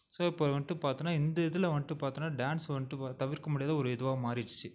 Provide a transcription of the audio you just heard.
so இப்போ வந்துட்டு பார்த்தோன்னா இந்த இதில் வந்துட்டு பார்த்தோன்னா டான்ஸ் வந்துட்டு இப்போ தவிர்க்க முடியாத ஒரு இதுவாக மாறிடுச்சு